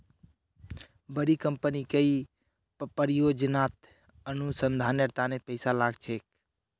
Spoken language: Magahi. बड़ी कंपनी कई परियोजनात अनुसंधानेर तने पैसा लाग छेक